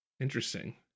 Interesting